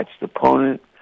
opponent